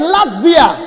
Latvia